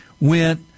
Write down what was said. went